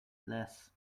less